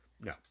No